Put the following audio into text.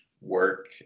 work